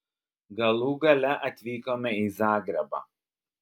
galų gale atvykome į zagrebą